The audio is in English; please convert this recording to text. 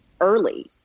early